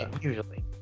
usually